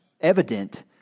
evident